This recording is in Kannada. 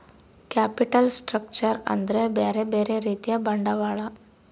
ಕ್ಯಾಪಿಟಲ್ ಸ್ಟ್ರಕ್ಚರ್ ಅಂದ್ರ ಬ್ಯೆರೆ ಬ್ಯೆರೆ ರೀತಿಯ ಬಂಡವಾಳ